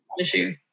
issue